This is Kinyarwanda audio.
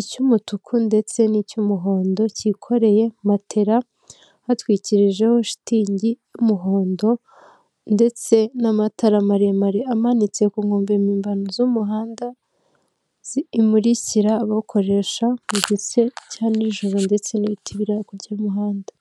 icy'umutuku ndetse n'icy'umuhondo cyikoreye matela hatwikirijeho shitingi y'umuhondo ndetse n'amatara maremare amanitse ku nkombe mpimbano z'umuhanda zimurikira abawukoresha mu gihe cya n'ijoro ndetse n'ibiti biri hakurya y'umuhanda.